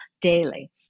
daily